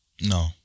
no